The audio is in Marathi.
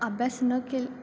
अभ्यास नं के